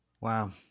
Wow